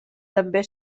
també